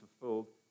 fulfilled